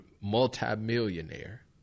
multimillionaire